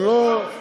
אני לא, שמות.